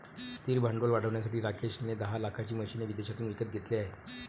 स्थिर भांडवल वाढवण्यासाठी राकेश ने दहा लाखाची मशीने विदेशातून विकत घेतले आहे